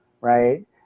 right